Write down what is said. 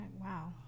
wow